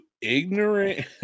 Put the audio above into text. ignorant